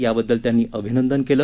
याबद्दल त्यांनी अभिनंदन केलं